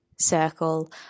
circle